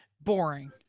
boring